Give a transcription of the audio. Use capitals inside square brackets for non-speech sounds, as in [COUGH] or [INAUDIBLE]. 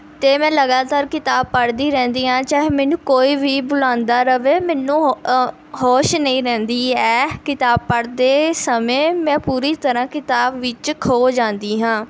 ਅਤੇ ਮੈਂ ਲਗਾਤਾਰ ਕਿਤਾਬ ਪੜ੍ਹਦੀ ਰਹਿੰਦੀ ਹਾਂ ਚਾਹੇ ਮੈਨੂੰ ਕੋਈ ਵੀ ਬੁਲਾਉਂਦਾ ਰਹੇ ਮੈਨੂੰ [UNINTELLIGIBLE] ਹੋਸ਼ ਨਹੀਂ ਰਹਿੰਦੀ ਹੈ ਕਿਤਾਬ ਪੜ੍ਹਦੇ ਸਮੇਂ ਮੈਂ ਪੂਰੀ ਤਰ੍ਹਾਂ ਕਿਤਾਬ ਵਿੱਚ ਖੋ ਜਾਂਦੀ ਹਾਂ